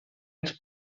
els